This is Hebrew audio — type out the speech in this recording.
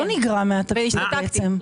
הוא לא נגרע מהתקציב בעצם.